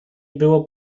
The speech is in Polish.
było